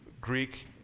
Greek